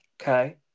Okay